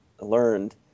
learned